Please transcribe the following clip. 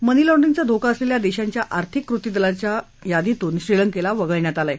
मनी लॉन्ड्रींगचा धोका असलेल्या देशांच्या आर्थिक कृती दलाच्या यादीतून श्रीलंकेला वगळलं आहे